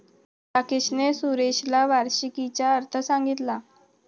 राकेशने सुरेशला वार्षिकीचा अर्थ सांगितला